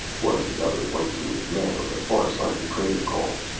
one of the other white-suited men on the far side of the crater called,